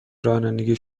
رانندگی